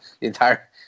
entire